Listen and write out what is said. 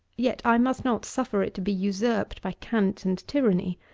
yet i must not suffer it to be usurped by cant and tyranny.